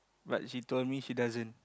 but she told me she doesn't